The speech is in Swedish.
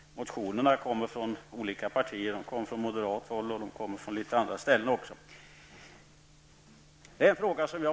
Motionerna kommer från olika partier; de kommer från moderat håll men även från andra.